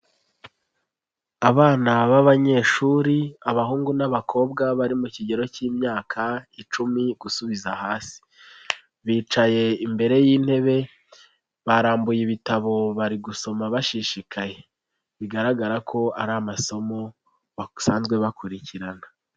Abana b'abanyeshuri, abahungu n'abakobwa bari mu kigero cy'imyaka icumi gusubiza hasi, bicaye imbere y'intebe, barambuye ibitabo bari gusoma bashishikaye, bigaragara ko ari amasomo basanzwe bakurikirana.